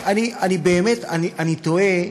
אני באמת תוהה: